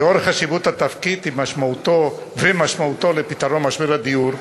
לאור חשיבות התפקיד ומשמעותו לפתרון משבר הדיור,